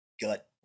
gut